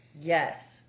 yes